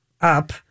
up